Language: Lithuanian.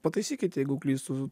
pataisykit jeigu klystu